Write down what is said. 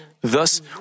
Thus